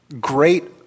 great